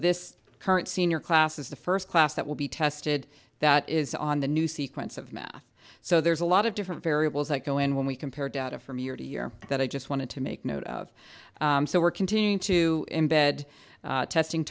this current senior class is the first class that will be tested that is on the new sequence of math so there's a lot of different variables that go in when we compare data from year to year that i just want to make note of so we're continuing to embed testing